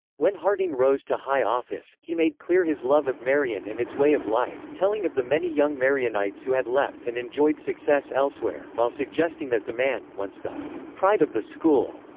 when harding rose to high office, he made clear his love of marion and its way of life, telling of the many young marionites who had left and enjoyed success elsewhere, while suggesting that the man, once the pride of the school,